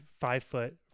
five-foot